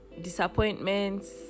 disappointments